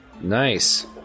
Nice